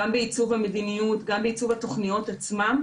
גם בעיצוב המדיניות ובעיצוב התוכניות עצמם.